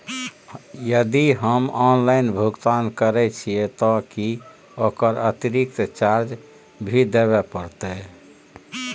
यदि हम ऑनलाइन भुगतान करे छिये त की ओकर अतिरिक्त चार्ज भी देबे परतै?